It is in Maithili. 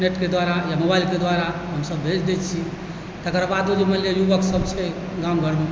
नेटके द्वारा या मोबाईलके द्वारा हमसभ भेज दय छी तकर बादो जे मानि लिअ युवकसभ छै गाम घरमे